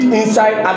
inside